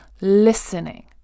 listening